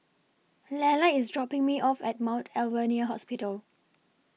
Lella IS dropping Me off At Mount Alvernia Hospital